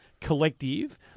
collective